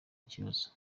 kibazo